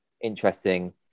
interesting